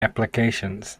applications